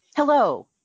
Hello